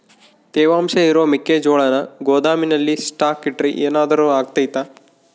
ತೇವಾಂಶ ಇರೋ ಮೆಕ್ಕೆಜೋಳನ ಗೋದಾಮಿನಲ್ಲಿ ಸ್ಟಾಕ್ ಇಟ್ರೆ ಏನಾದರೂ ಅಗ್ತೈತ?